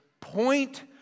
point